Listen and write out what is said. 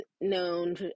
known